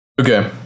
Okay